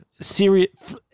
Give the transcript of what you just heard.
serious